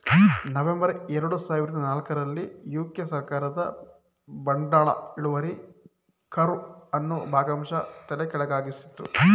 November ಎರಡು ಸಾವಿರದ ನಾಲ್ಕು ರಲ್ಲಿ ಯು.ಕೆ ಸರ್ಕಾರದ ಬಾಂಡ್ಗಳ ಇಳುವರಿ ಕರ್ವ್ ಅನ್ನು ಭಾಗಶಃ ತಲೆಕೆಳಗಾಗಿಸಿತ್ತು